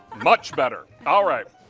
much better. all right.